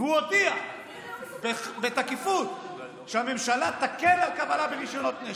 והוא הודיע בתקיפות שהממשלה תקל על קבלת רישיונות נשק.